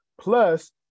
Plus